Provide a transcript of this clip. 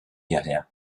hierher